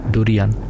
Durian